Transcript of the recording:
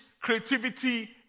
creativity